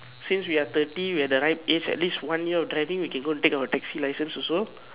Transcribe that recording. since we are thirty we are at the right age at least one year of driving we can go and take our taxi license also